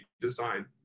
design